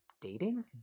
dating